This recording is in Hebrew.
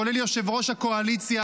כולל יושב-ראש הקואליציה